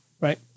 right